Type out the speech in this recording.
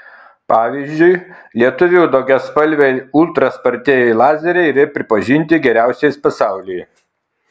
pavyzdžiui lietuvių daugiaspalviai ultra spartieji lazeriai yra pripažinti geriausiais pasaulyje